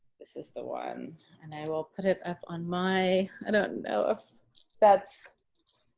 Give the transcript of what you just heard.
this is the one and i will put it up on my, i don't know if that's